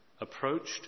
approached